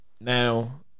now